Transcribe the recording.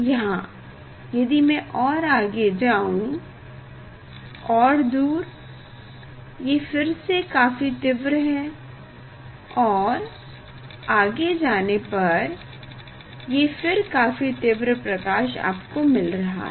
यहाँ यदि मैं और आगे जाऊँ और दूर ये फिर से काफी तीव्र है और आगे जाने पर ये फिर काफी तीव्र प्रकाश आपको मिल रहा है